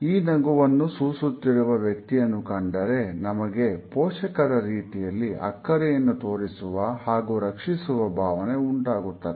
ಈ ನಗುವನ್ನು ಸೂಸುತ್ತಿರುವ ವ್ಯಕ್ತಿಯನ್ನು ಕಂಡರೆ ನಮಗೆ ಪೋಷಕರ ರೀತಿಯಲ್ಲಿ ಅಕ್ಕರೆಯನ್ನು ತೋರಿಸುವ ಹಾಗೂ ರಕ್ಷಿಸುವ ಭಾವನೆ ಉಂಟಾಗುತ್ತದೆ